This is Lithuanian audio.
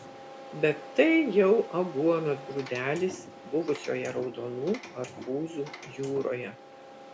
bet tai jau aguonos grūdelis buvusioje raudonų arbūzų jūroje